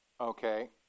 Okay